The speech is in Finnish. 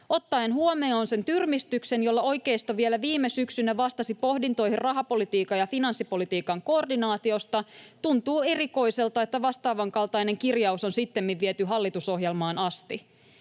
Ottaen huomioon sen tyrmistyksen, jolla oikeisto vielä viime syksynä vastasi pohdintoihin rahapolitiikan ja finanssipolitiikan koordinaatiosta, tuntuu erikoiselta, että vastaavankaltainen kirjaus on sittemmin viety hallitusohjelmaan asti